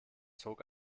zog